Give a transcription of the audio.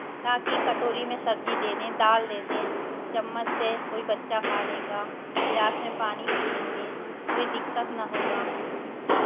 ताकि कटोरी में सब्जी दे दें दाल दे दें चम्मच से कोई बच्चा खा लेगा गिलास में पानी पी लेंगे कोई दिक्कत ना होगा